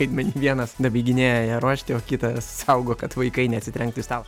vaidmenį vienas dabaiginėja ją ruošti o kitas saugo kad vaikai neatsitrenktų į stalą